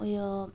उयो